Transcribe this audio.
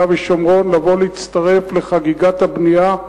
ושומרון לבוא אליו ולהצטרף לחגיגת הבנייה,